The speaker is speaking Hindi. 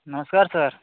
नमस्कार सर